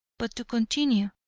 but to continue,